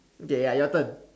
okay ya your turn